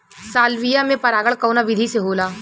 Salvia में परागण कउना विधि से होला?